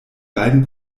beiden